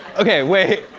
okay, wait.